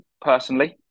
personally